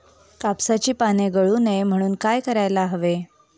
कापसाची पाने गळू नये म्हणून काय करायला हवे?